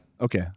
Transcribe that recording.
Okay